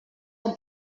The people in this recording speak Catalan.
com